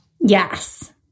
Yes